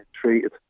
treated